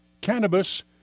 cannabis